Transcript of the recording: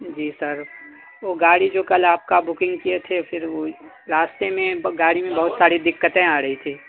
جی sir وہ گاڑی جو کل آپ کا بکنگ کئے تھے پھر وہ راستے میں گاڑی میں بہت ساری دقتیں آ رہی تھی